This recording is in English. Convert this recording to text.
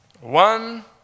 One